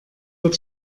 wird